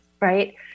right